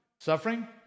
Suffering